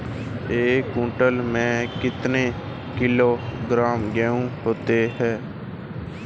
एक क्विंटल में कितना किलोग्राम गेहूँ होता है?